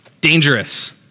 dangerous